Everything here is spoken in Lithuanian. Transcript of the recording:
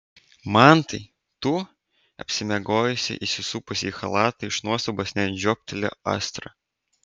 mantai tu apsimiegojusi įsisupusi į chalatą iš nuostabos net žioptelėjo astra